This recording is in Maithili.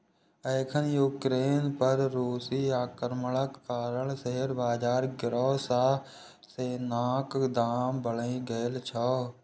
एखन यूक्रेन पर रूसी आक्रमणक कारण शेयर बाजार गिरै सं सोनाक दाम बढ़ि गेल छै